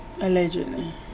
Allegedly